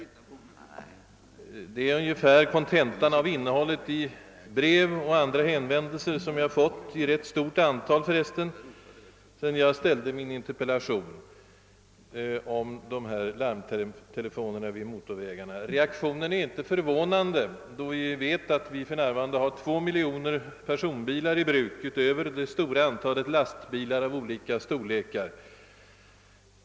Detta är det ungefärliga innehållet i brev och andra hänvändelser som jag fått i rätt stort antal sedan jag framställde min interpellation om larmtelefoner vid motorvägarna. Reaktionen är inte förvånande, då vi vet att det för närvarande finns 2 miljoner personbilar i bruk utöver den betydande mängden lastbilar av olika storlekar.